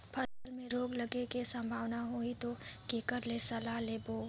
फसल मे रोग लगे के संभावना होही ता के कर ले सलाह लेबो?